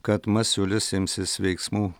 kad masiulis imsis veiksmų